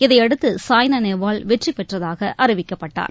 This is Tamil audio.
இதையடுத்து சாய்னா நேவால் வெற்றி பெற்றதாக அறிவிக்கப்பட்டார்